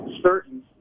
certain